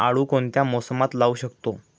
आळू कोणत्या मोसमात लावू शकतो?